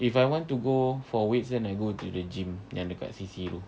if I want to go for weights then I go to the gym yang dekat C_C tu